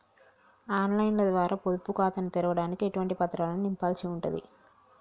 On line ద్వారా పొదుపు ఖాతాను తెరవడానికి ఎటువంటి పత్రాలను నింపాల్సి ఉంటది?